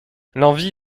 l’envie